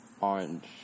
orange